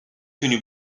تونی